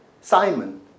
Simon